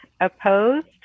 opposed